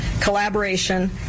collaboration